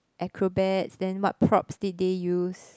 acrobats then what props did they use